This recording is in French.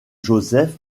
joseph